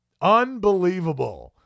Unbelievable